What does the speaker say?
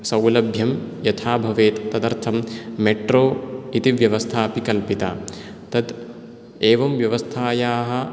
सौलभ्यं यथा भवेत् तदर्थं मेट्रो इति व्यवस्था अपि कल्पिता तद् एवं व्यवस्थायाः